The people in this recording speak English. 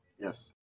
yes